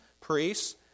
priests